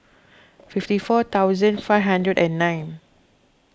fifty four thousand five hundred and nine